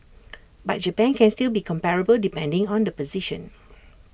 but Japan can still be comparable depending on the position